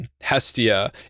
Hestia